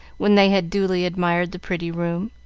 when they had duly admired the pretty room.